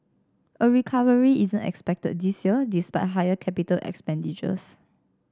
a recovery isn't expected this year despite higher capital expenditures